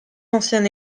ancien